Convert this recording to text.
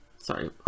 Sorry